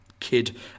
Kid